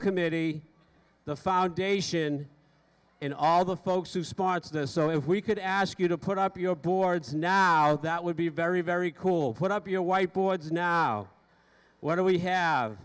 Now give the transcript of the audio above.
committee the foundation and all the folks who sponsor this so if we could ask you to put up your boards now that would be very very cool put up your white boards now what do we have